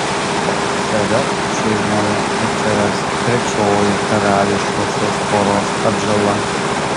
pavasariop šeimoje atsiras trečioji karališkosios poros atžala